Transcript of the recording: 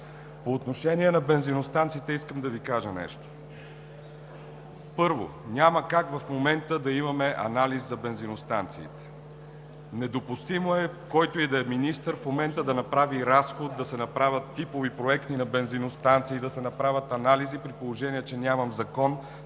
По отношение на бензиностанциите искам да Ви кажа нещо. Първо, няма как в момента да имаме анализ за бензиностанциите. Недопустимо е, който и да е министър в момента да направи разход, да се направят типови проекти на бензиностанции, да се направят анализи, при положение че нямам закон,